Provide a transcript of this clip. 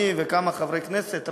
אני וכמה חברי כנסת,